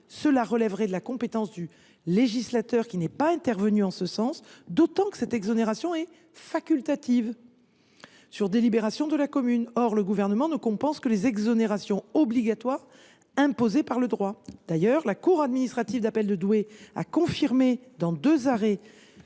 cela relèverait de la compétence du législateur, qui n’est pas intervenu en ce sens. Qui plus est, cette exonération est facultative, sur délibération de la commune ; or le Gouvernement ne compense que les exonérations obligatoires imposées par le droit. D’ailleurs, la cour administrative d’appel de Douai a confirmé, dans deux arrêts